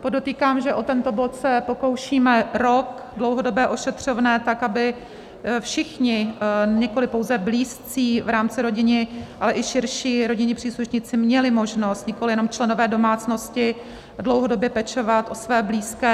Podotýkám, že o tento bod se pokoušíme rok dlouhodobé ošetřovné, tak aby všichni, nikoli pouze blízcí v rámci rodiny, ale i širší rodinní příslušníci měli možnost, nikoli jenom členové domácnosti, dlouhodobě pečovat o své blízké.